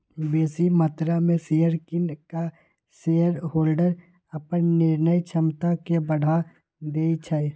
बेशी मत्रा में शेयर किन कऽ शेरहोल्डर अप्पन निर्णय क्षमता में बढ़ा देइ छै